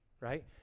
right